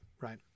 right